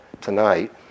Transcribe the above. tonight